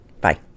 Bye